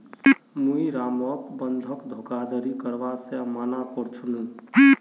मुई रामक बंधक धोखाधड़ी करवा से माना कर्या छीनु